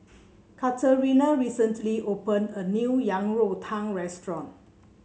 Katerina recently opened a new Yang Rou Tang restaurant